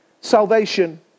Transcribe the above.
salvation